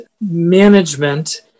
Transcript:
management